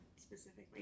specifically